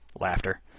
Laughter